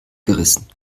gerissen